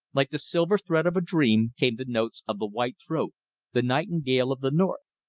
like the silver thread of a dream, came the notes of the white-throat the nightingale of the north.